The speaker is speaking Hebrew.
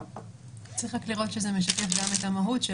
צריך לראות שזה משקף גם את המהות של